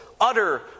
utter